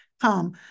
come